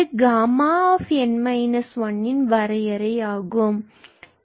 பின்பு இது Γ𝑛−1 வரையறை ஆகும்